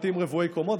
בתים רבי-קומות,